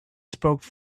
spoke